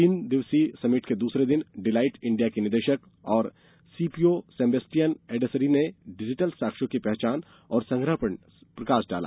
तीन दिवसीय समिट के दूसरे दिन डिलाईट इंडिया के निदेशक और सीएसओ सेबेस्टियन ऐडेसरी ने डिजिटल साक्ष्यों की पहचान और संग्रहण पर प्रकाश डाला